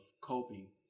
coping